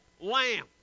lamb